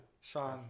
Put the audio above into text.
Sean